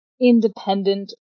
independent